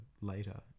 later